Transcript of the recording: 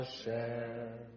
share